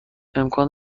امکان